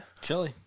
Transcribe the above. Chili